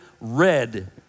red